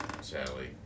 Sally